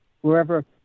wherever